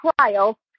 trial